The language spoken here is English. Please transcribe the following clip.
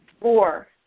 Four